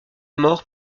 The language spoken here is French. mort